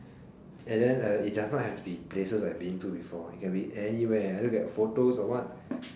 and it does not have to be place I've been before I look at photos or what